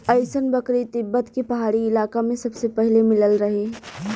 अइसन बकरी तिब्बत के पहाड़ी इलाका में सबसे पहिले मिलल रहे